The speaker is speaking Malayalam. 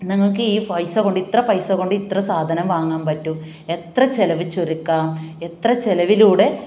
ഞങ്ങൾക്ക് ഈ പൈസ കൊണ്ട് ഇത്ര പൈസ കൊണ്ട് ഇത്ര സാധനം വാങ്ങാൻ പറ്റും എത്ര ചിലവ് ചുരുക്കാം എത്ര ചിലവിലൂടെ